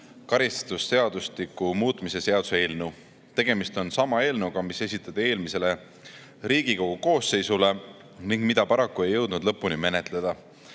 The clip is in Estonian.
karistusseadustiku muutmise seaduse eelnõu. Tegemist on sama eelnõuga, mis esitati eelmisele Riigikogu koosseisule ning mida paraku ei jõutud lõpuni menetleda.